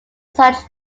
such